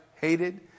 hated